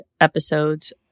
episodes